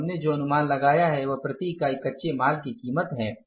तो हमने जो अनुमान लगाया है वह प्रति इकाई कच्चे माल की कीमत है